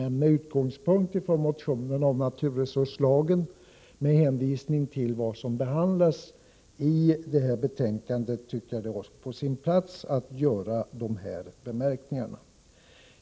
Men med utgångspunkt i motionerna om naturresurslagen, och med hänvisning till vad som behandlas i detta betänkande, tycker jag att det var på sin plats att göra dessa anmärkningar.